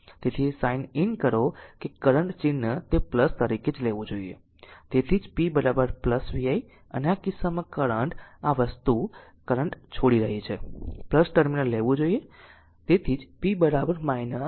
તેથી sign in કરો કે કરંટ ચિહ્ન તે તરીકે જ લેવું જોઈએ તેથી જ p vi અને આ કિસ્સામાં કરંટ આ વસ્તુ કરંટ છોડી રહી છે ટર્મિનલ લેવું જોઈએ તેથી જ p vi